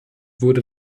wurde